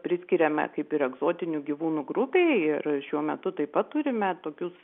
priskiriame kaip ir egzotinių gyvūnų grupei ir šiuo metu taip pat turime tokius